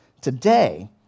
today